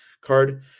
card